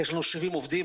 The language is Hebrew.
יש לנו 70 עובדים,